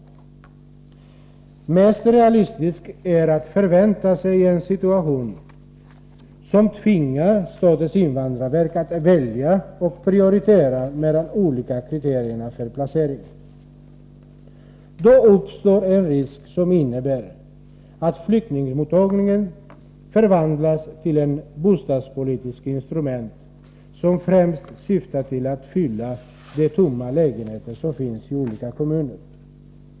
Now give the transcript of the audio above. Det mest realistiska är att förvänta sig en situation som tvingar statens invandrarverk att välja och 141 Prioritera när det gäller de olika kriterierna för placering. Då riskerar man att flyktingmottagandet förvandlas till ett bostadspolitiskt instrument. Det främsta syftet skulle vara att fylla de tomma lägenheter som finns i olika kommuner.